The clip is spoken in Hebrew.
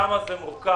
כמה זה מורכב,